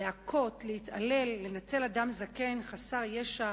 להכות, להתעלל, לנצל אדם זקן, חסר ישע,